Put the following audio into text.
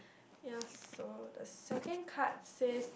ya so the second card says